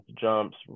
jumps